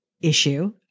issue